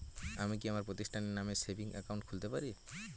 আমি কি আমার প্রতিষ্ঠানের নামে সেভিংস একাউন্ট খুলতে পারি?